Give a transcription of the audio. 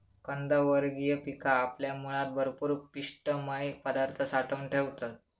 कंदवर्गीय पिका आपल्या मुळात भरपूर पिष्टमय पदार्थ साठवून ठेवतत